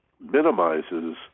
minimizes